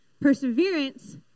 Perseverance